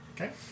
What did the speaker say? Okay